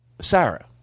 Sarah